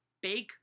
big